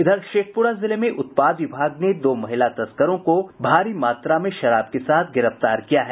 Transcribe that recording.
इधर शेखपुरा जिले में उत्पाद विभाग ने दो महिला तस्करों को भारी मात्रा में शराब के साथ गिरफ्तार किया है